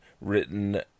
written